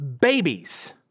babies